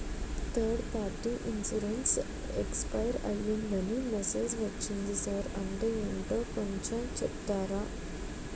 Third party insurance expire అయ్యిందని message ఒచ్చింది sir అంటే ఏంటో కొంచె చెప్తారా?